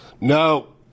No